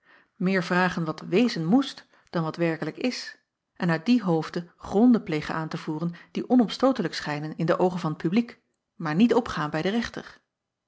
meer vragen wat wezen moest dan wat werkelijk is en uit dien hoofde gronden plegen aan te voeren die onomstootelijk schijnen in de oogen van t publiek maar niet opgaan bij den rechter